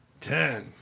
ten